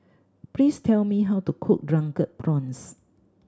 please tell me how to cook Drunken Prawns